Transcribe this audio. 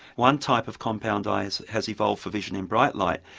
one type of compound eyes has evolved for vision in bright light.